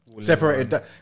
Separated